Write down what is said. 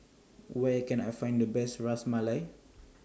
Where Can I Find The Best Ras Malai